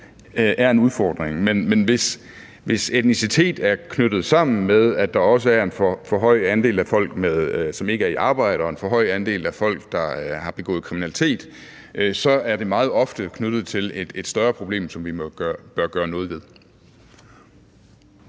er en udfordring, men hvis etnicitet er knyttet sammen med, at der også er en for høj andel af folk, som ikke er i arbejde, og en for høj andel af folk, der har begået kriminalitet, så er det meget ofte knyttet til et større problem, som vi bør gøre noget ved.